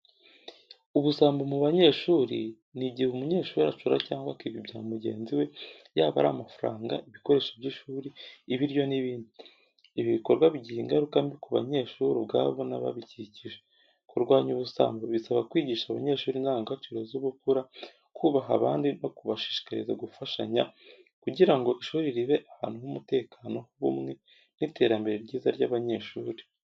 Ubusambo mu banyeshuri ni igihe umunyeshuri acura cyangwa akiba ibya mugenzi we, yaba ari amafaranga, ibikoresho by’ishuri, ibiryo n’ibindi. Ibi bikorwa bigira ingaruka mbi ku banyeshuri ubwabo n’ababakikije. Kurwanya ubusambo bisaba kwigisha abanyeshuri indangagaciro z’ubupfura, kubaha abandi no kubashishikariza gufashanya, kugira ngo ishuri ribe ahantu h’umutekano, h’ubumwe n’iterambere ryiza ry’abanyeshuri.